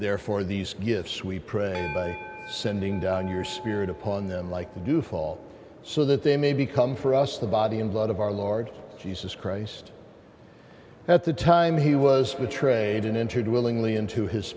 therefore these gifts we pray sending down your spirit upon them like we do fall so that they may become for us the body and blood of our lord jesus christ at the time he was betrayed and entered willingly into his